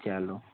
چلو